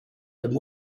them